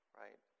right